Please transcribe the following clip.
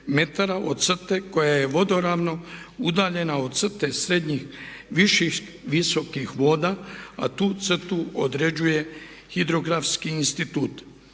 od crte koja je vodoravno udaljena od crte srednjih, viših, visokih voda a tu crtu određuje Hidrografski institut.